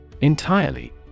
Entirely